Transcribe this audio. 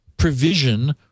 provision